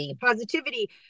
positivity